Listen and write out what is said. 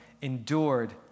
endured